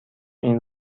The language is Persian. این